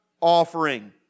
offering